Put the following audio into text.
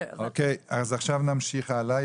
אוקיי, אז עכשיו נמשיך הלאה.